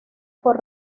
por